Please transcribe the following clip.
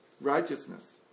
righteousness